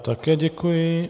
Také děkuji.